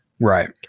Right